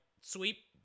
sweep